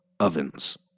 ovens